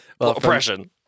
Oppression